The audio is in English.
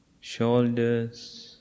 shoulders